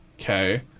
okay